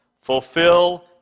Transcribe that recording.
fulfill